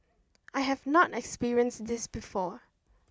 I have not experience this before